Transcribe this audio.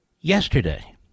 yesterday